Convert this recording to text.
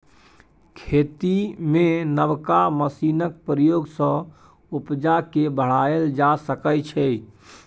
खेती मे नबका मशीनक प्रयोग सँ उपजा केँ बढ़ाएल जा सकै छै